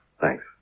Thanks